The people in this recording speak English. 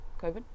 Covid